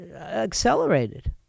accelerated